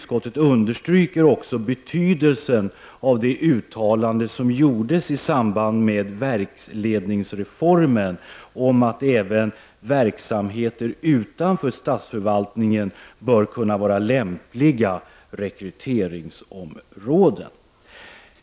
Man understryker också betydelsen av det uttalande som gjordes i samband med verksledningsreformen om att även verksamheter utanför statsförvaltningen bör kunna vara lämpliga rekryteringsområden.